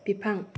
बिफां